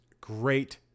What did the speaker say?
Great